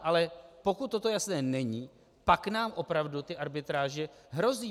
Ale pokud toto jasné není, pak nám opravdu ty arbitráže hrozí.